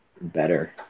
better